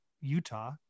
Utah